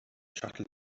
schachtel